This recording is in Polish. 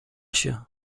się